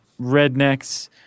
rednecks